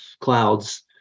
clouds